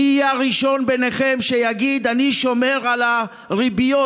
מי יהיה הראשון ביניכם שיגיד: אני שומר על הריביות